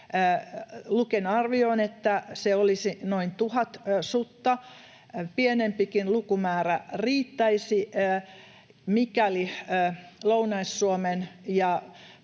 Luken arvio on, että se olisi noin tuhat sutta, pienempikin lukumäärä riittäisi, mikäli Lounais-Suomen ja